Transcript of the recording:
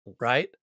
right